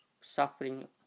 Suffering